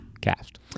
cast